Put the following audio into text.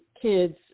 kids